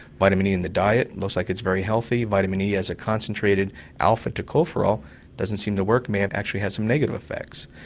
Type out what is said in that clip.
vitamin e in the diet looks like it's very healthy vitamin e as a concentrated alpha tocopherol doesn't seem to work, and may and actually have some negative effects.